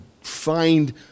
find